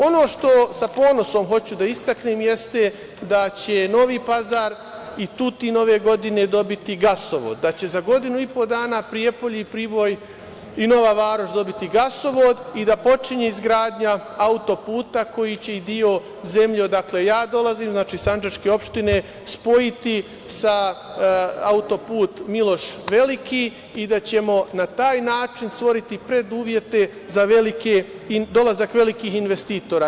Ono što sa ponosom hoću da istaknem jeste da će Novi Pazar i Tutin ove godine dobiti gasovod, da će za godinu i po dana Prijepolje, Priboj i Nova Varoš dobiti gasovod i da počinje izgradnja auto-puta koji će i deo zemlje odakle ja dolazim, znači, sandžačke opštine, spojiti auto-put Miloš Veliki i da ćemo na taj način stvoriti preduslove za dolazak velikih investitora.